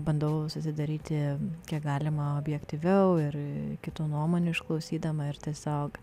bandau susidaryti kiek galima objektyviau ir kitų nuomonių išklausydama ir tiesiog